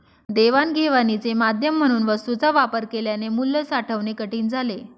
देवाणघेवाणीचे माध्यम म्हणून वस्तूंचा वापर केल्याने मूल्य साठवणे कठीण झाले